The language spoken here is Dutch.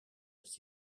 dat